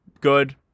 good